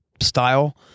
style